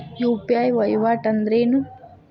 UPI ವಹಿವಾಟ್ ಅಂದ್ರೇನು?